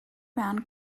round